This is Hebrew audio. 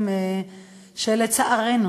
שלצערנו,